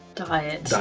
diet.